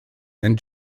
and